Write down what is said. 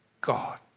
God